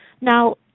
Now